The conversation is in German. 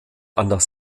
anders